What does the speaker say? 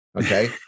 Okay